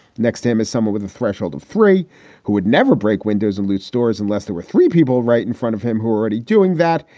next to him is someone with the threshold of three who would never break windows and loot stores unless there were three people right in front of him who are already doing that.